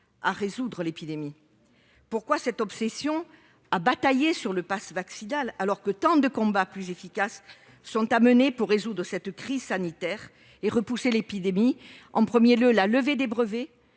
de l'épidémie. Pourquoi cette obsession de batailler sur le passe vaccinal alors que tant de combats plus efficaces restent à mener pour résoudre cette crise sanitaire et pour endiguer l'épidémie ? En premier lieu, la levée des brevets